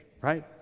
right